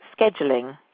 scheduling